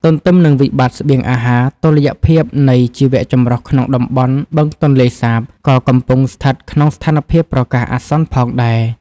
ទន្ទឹមនឹងវិបត្តិស្បៀងអាហារ តុល្យភាពនៃជីវៈចម្រុះក្នុងតំបន់បឹងទន្លេសាបក៏កំពុងស្ថិតក្នុងស្ថានភាពប្រកាសអាសន្នផងដែរ។